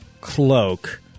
cloak